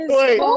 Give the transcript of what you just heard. wait